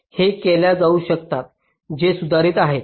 हे केल्या जाऊ शकतात जे सुधारित आहेत